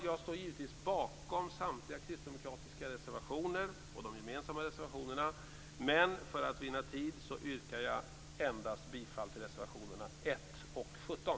Jag står givetvis bakom samtliga kristdemokratiska reservationer och de gemensamma reservationerna men för att vinna tid yrkar jag bifall endast till reservationerna 1 och 17.